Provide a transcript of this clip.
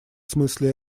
смысле